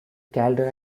caldera